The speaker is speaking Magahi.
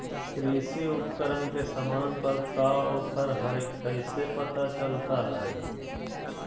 कृषि उपकरण के सामान पर का ऑफर हाय कैसे पता चलता हय?